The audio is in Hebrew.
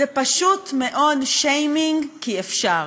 זה פשוט מאוד שיימינג כי אפשר,